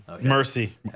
Mercy